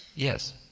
Yes